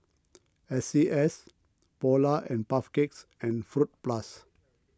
S C S Polar and Puff Cakes and Fruit Plus